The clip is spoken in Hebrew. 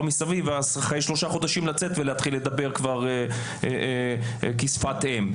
מסביב ואחרי שלושה חודשים לצאת ולהתחיל לדבר כשפת אם.